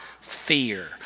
fear